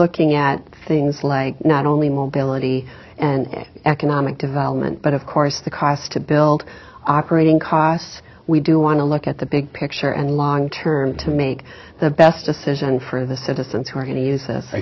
looking at things like not only mobility and economic development but of course the cost to build operating costs we do want to look at the big picture and long term to make the best decision for the citizens who are going to use